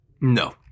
No